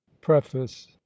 preface